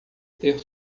ter